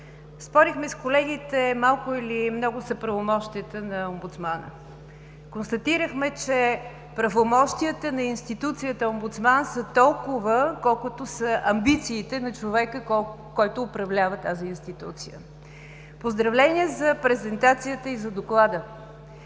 Спорихме с колегите малко или много са правомощията на омбудсмана. Констатирахме, че правомощията на Институцията омбудсман са толкова, колкото са амбициите на човека, който управлява тази институция. Поздравления за презентацията и за доклада!